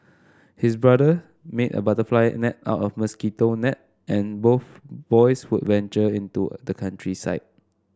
his brother made a butterfly net out of mosquito net and both boys would venture into the countryside